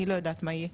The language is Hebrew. אני לא יודעת מה יהיה.